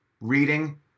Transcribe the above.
reading